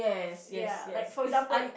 ya like for example